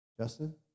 Justin